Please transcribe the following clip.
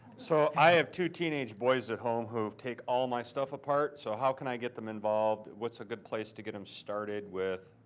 so, i have two teenage boys at home, who take all my stuff apart. so, how can i get them involved? what's a good place to get them started with,